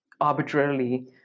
arbitrarily